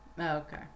okay